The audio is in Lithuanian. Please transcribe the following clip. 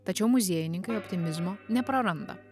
tačiau muziejininkai optimizmo nepraranda